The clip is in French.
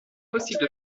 possible